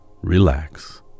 relax